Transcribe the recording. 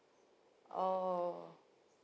oh